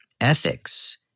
Ethics